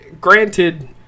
granted